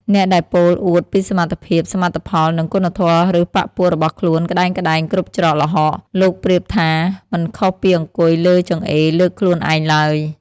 អ្នកដែលពោលអួតពីសមត្ថភាព សមិទ្ធផល និងគុណធម៌ឬបក្សពួករបស់ខ្លួនក្ដែងៗគ្រប់ច្រកល្ហក លោកប្រៀបថា មិនខុសពីអង្គុយលើចង្អេរលើកខ្លួនឯងឡើយ។